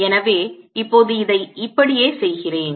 எனவே இப்போது இதை இப்படியே செய்கிறேன்